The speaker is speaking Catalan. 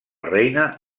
reina